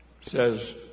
says